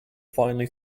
finally